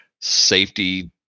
safety